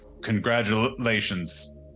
congratulations